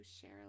share